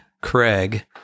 craig